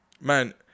man